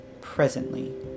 presently